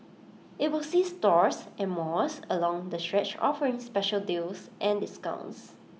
IT will see stores and malls along the stretch offering special deals and discounts